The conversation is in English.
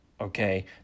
okay